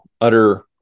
utter